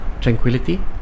tranquility